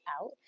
out